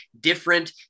different